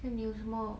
then 你有什么